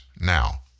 now